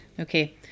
Okay